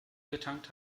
getankt